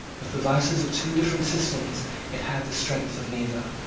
with the vices of two different systems it had the strength of neither.